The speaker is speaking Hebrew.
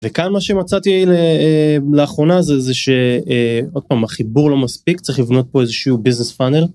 וכאן מה שמצאתי לאחרונה זה זה שעוד פעם החיבור לא מספיק צריך לבנות פה איזשהו business funnel.